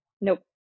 Nope